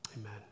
Amen